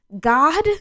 God